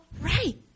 right